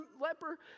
leper